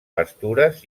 pastures